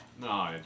No